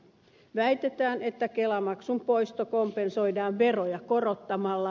väitetään että kelamaksun poisto kompensoidaan veroja korottamalla